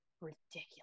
ridiculous